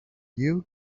you